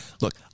Look